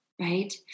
right